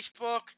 Facebook